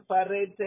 separated